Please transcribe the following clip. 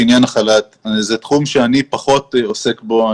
זה תחום שאני פחות עוסק בו.